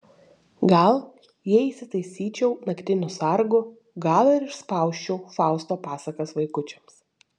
gal jei įsitaisyčiau naktiniu sargu gal ir išspausčiau fausto pasakas vaikučiams